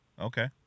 Okay